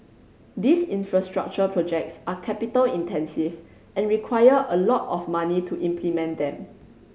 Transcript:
these infrastructure projects are capital intensive and require a lot of money to implement them